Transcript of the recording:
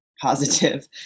positive